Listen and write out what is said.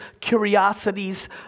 curiosities